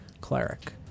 Cleric